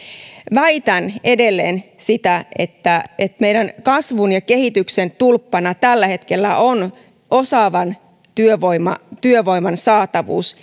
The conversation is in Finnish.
väitän edelleen että että meidän kasvun ja kehityksen tulppana tällä hetkellä on osaavan työvoiman työvoiman saatavuus